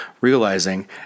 realizing